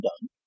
done